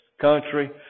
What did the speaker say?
country